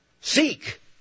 seek